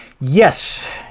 Yes